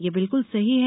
यह बिलकुल सही है